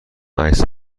عکس